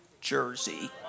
jersey